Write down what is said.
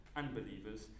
unbelievers